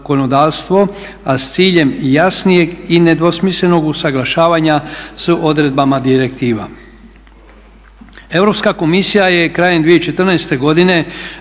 a s ciljem jasnijeg i nedvosmislenog usuglašavanja s odredbama direktiva.